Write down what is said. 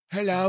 Hello